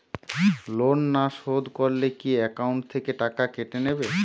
Loan না শোধ করলে কি একাউন্ট থেকে টাকা কেটে নেবে?